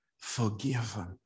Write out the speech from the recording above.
forgiven